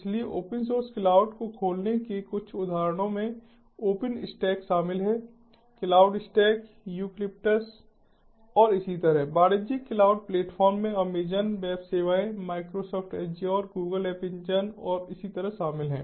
इसलिए open source cloud को खोलने के कुछ उदाहरणों में ओपनस्टैक शामिल है क्लाउडस्टैक यूकलिप्टस और इसी तरह वाणिज्यिक क्लाउड प्लेटफॉर्म में अमेज़ॅन वेब सेवाएं Microsoft Azure Google app engine और इसी तरह शामिल हैं